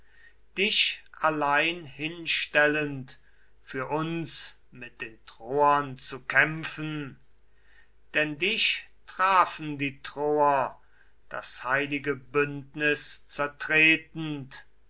dich allein hinstellend für uns mit den troern zu kämpfen denn dich trafen die troer das heilige bündnis zertretend